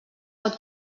pot